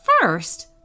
first